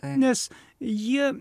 nes jie